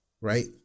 right